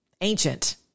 ancient